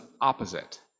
opposite